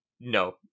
No